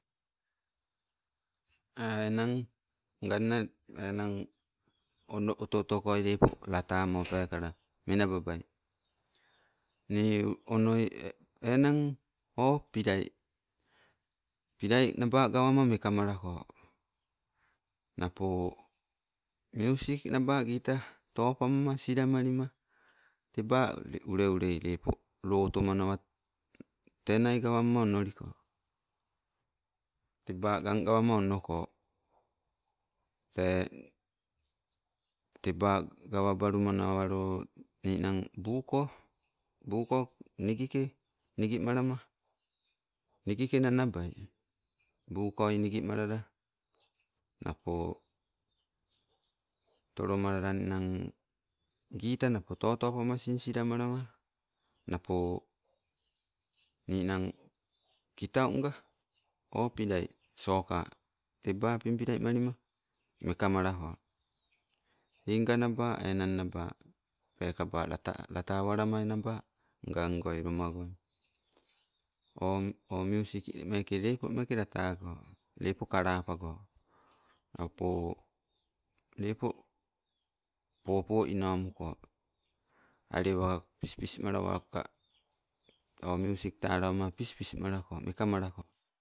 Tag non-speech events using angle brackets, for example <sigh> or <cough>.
<hesitation> enang nganna enan ono oto oto koi lepo latawamo pekala menababai. Nii onoi enang o, pilai, pilai naba gawema mekamoleko. Napo miusik naba gita to pamma sila maliam, teba ulo ulei lepo, lo otomana tena gawamma onoliko. Teba gagawama onoko. Tee teba gawa balumenalo ninang buu ko, buu ko nigike, nigimalama nigike nanabai. Buu koi nigi malala, napo tolomalala nnang, gita napo totopamaa, sinsilamalama napo ninang, kitau nga o pilai soka tebe pimpilaimalima, meka malako tei nga naba enang, naba pekaba lata, lata walama naba agagoi loma got. O miusik meke lepo mekee lata wago, lepo kalapago napo lepo, popo ino muko alewa, pispis malawaka o, miusik talawama pispis malako, meke malako